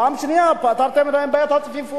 פעם שנייה פתרתם להם את בעיית הצפיפות.